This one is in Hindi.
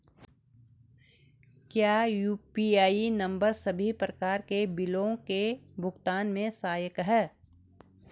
क्या यु.पी.आई नम्बर सभी प्रकार के बिलों के भुगतान में सहायक हैं?